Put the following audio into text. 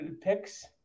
picks